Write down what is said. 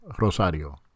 Rosario